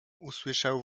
usłyszał